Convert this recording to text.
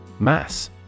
Mass